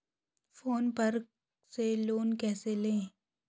Phone पर से loan कैसे लें?